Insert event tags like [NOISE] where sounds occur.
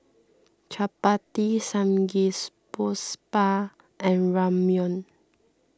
Chapati [UNINTELLIGIBLE] and Ramyeon